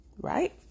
right